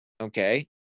okay